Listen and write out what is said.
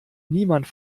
niemand